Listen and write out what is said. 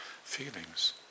feelings